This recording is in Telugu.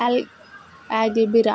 ఐ ఇటబిరా